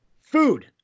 Food